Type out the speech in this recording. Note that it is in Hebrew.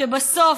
ובסוף,